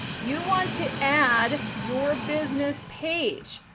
you want to add your business page.